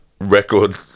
record